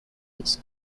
his